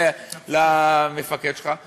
למפקד שלך?